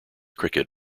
cricket